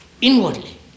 inwardly